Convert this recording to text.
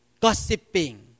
gossiping